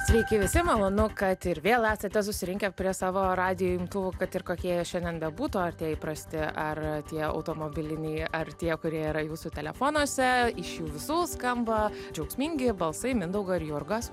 sveiki visai malonu kad ir vėl esate susirinkę prie savo radijo imtuvų kad ir kokie jie šiandien bebūtų ar tie įprasti ar tie automobiliniai ar tie kurie yra jūsų telefonuose iš visų skamba džiaugsmingi balsai mindaugo ir jurgos